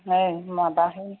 नै माबाहाय